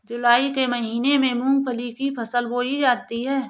जूलाई के महीने में मूंगफली की फसल बोई जाती है